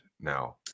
now